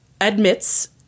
admits